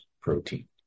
protein